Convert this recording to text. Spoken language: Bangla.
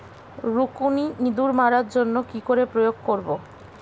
রুকুনি ইঁদুর মারার জন্য কি করে প্রয়োগ করব?